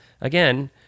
again